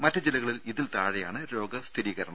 മറ്റ് ജില്ലകളിൽ ഇതിൽ താഴെയാണ് രോഗ സ്ഥിരീകരണം